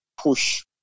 push